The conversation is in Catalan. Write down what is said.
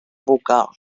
vocal